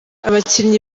abakinnyi